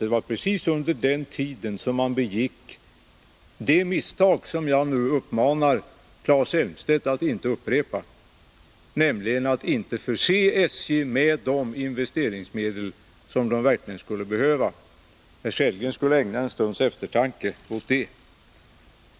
Det var precis under den tiden som man begick de misstag som jag nu uppmanar Claes Elmstedt att inte upprepa, nämligen att inte förse SJ med de investeringsmedel som SJ verkligen skulle behöva. Rolf Sellgren borde ägna en stunds eftertanke åt detta.